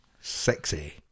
Sexy